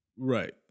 Right